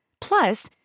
Plus